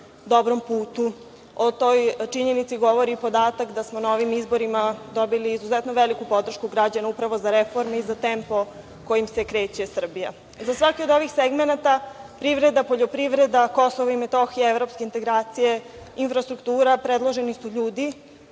dobrom putu. O toj činjenici govori i podatak da smo na ovim izborima dobili izuzetno veliku podršku građana upravo za reforme i za tempo kojim se kreće Srbija. Za svaki od ovih segmenata, privreda, poljoprivreda, Kosovo i Metohija, evropske integracije, infrastruktura, predloženi su ljudi